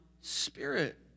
spirit